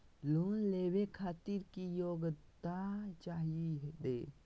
Loan लेवे खातीर की योग्यता चाहियो हे?